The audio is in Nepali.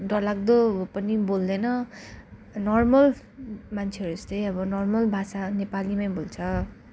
डरलाग्दो पनि बोल्दैनौँ नर्मल मान्छेहरू जस्तै अब नर्मल भाषा नेपालीमै बोल्छौँ